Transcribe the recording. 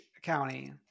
County